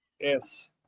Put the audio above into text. Yes